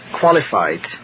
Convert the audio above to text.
qualified